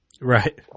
Right